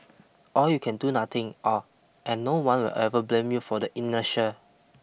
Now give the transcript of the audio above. or you can do nothing or and no one will ever blame you for the inertia